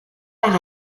par